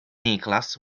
nicholas